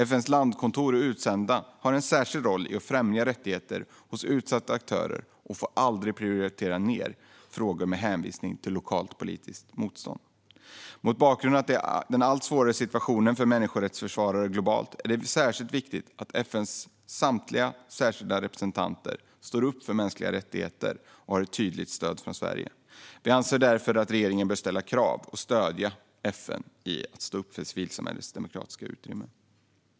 FN:s landskontor och utsända har en särskild roll i att främja rättigheterna hos utsatta aktörer och får aldrig prioritera ned frågor med hänvisning till lokalt politiskt motstånd. Mot bakgrund av den allt svårare situationen för människorättsförsvarare globalt är det särskilt viktigt att FN:s samtliga särskilda representanter står upp för mänskliga rättigheter och har ett tydligt stöd från Sverige. Vi anser därför att regeringen bör ställa krav på och stödja FN i att stå upp för civilsamhällets demokratiska utrymme.